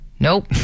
Nope